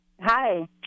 Hi